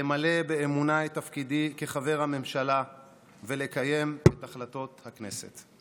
למלא באמונה את תפקידי כחבר הממשלה ולקיים את החלטות הכנסת.